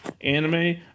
anime